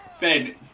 Ben